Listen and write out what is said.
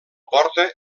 porta